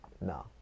No